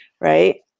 right